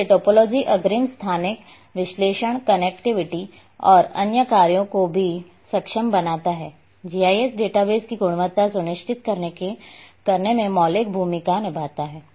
इसलिए टोपोलॉजी अग्रिम स्थानिक विश्लेषण कनेक्टिविटी और अन्य कार्यों को भी सक्षम बनाता है जीआईएस डेटाबेस की गुणवत्ता सुनिश्चित करने में मौलिक भूमिका निभाता है